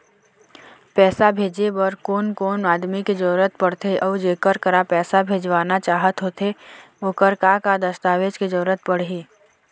पैसा भेजे बार कोन कोन आदमी के जरूरत पड़ते अऊ जेकर करा पैसा भेजवाना चाहत होथे ओकर का का दस्तावेज के जरूरत पड़ही?